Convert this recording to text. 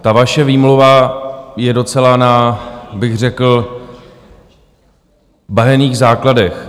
Ta vaše výmluva je docela na, bych řekl, bahenních základech.